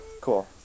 Cool